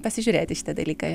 pasižiūrėti į šitą dalyką